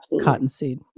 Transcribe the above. cottonseed